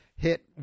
Hit